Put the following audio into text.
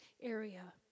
area